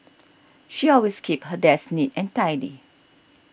she always keeps her desk neat and tidy